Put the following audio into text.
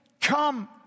come